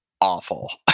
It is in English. awful